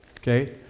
Okay